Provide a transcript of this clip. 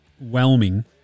whelming